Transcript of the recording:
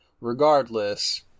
regardless